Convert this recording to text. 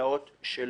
זה